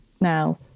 now